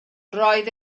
roedd